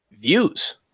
views